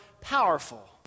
powerful